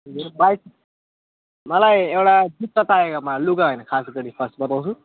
भाइ मलाई एउटा जुत्ता चाहिएको मलाई लुगा होइन खास गरी फर्स्ट बताउँछु